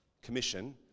Commission